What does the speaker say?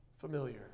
familiar